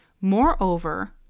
Moreover